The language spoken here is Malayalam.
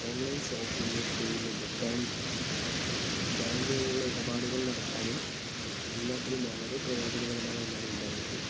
ഓൺലൈൻ ഷോപ്പിങ്ങ് പേയ്മെൻ്റ് ബാങ്കിങ്ങ് ബാങ്കുവഴിയുള്ള ഇടപാടുകൾ നടത്താനും എല്ലാത്തിനും വളരെ പ്രയോജനകരമായ ഒന്നാണ് ഇൻ്റർനെറ്റ്